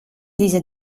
diese